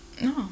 no